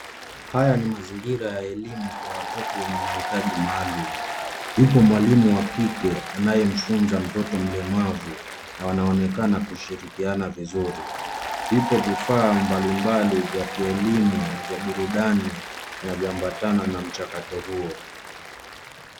Haya ni mazingira ya elimu kwa watoto wenye mahitaji maalum . Yupo mwalimu wa kike anayemfunza mtoto mlemavu na wanaonekana kushirikiana vizuri. Vipo vifaa mbalimbali vya kielimu na vya burudani vinavyoambatana na mchakato huo.